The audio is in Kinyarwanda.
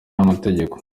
n’amategeko